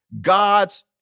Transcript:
God's